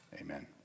Amen